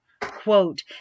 quote